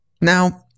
Now